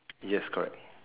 yes correct